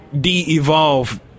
de-evolve